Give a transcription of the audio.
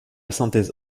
synthèse